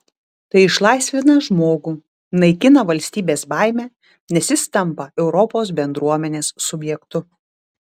tai išlaisvina žmogų naikina valstybės baimę nes jis tampa europos bendruomenės subjektu